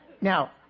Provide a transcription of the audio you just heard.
Now